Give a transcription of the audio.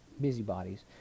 busybodies